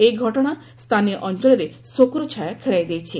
ଏହି ଘଟଶା ସ୍ଥାନୀୟ ଅଞ୍ଚଳରେ ଶୋକର ଛାୟା ଖେଳାଇ ଦେଇଛି